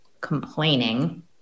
complaining